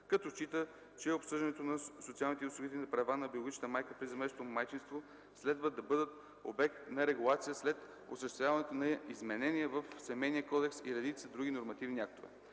като счита, че обсъждането на социалните и осигурителните права на биологичната майка при заместващо майчинство следва да бъдат обект на регулация след осъществяването на изменения в Семейния кодекс и редица други нормативни актове.